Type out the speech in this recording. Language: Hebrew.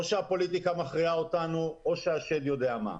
או שהפוליטיקה מכריעה אותנו או שהשד יודע מה.